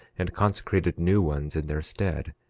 and consecrated new ones in their stead,